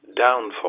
Downfall